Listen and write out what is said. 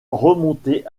remonté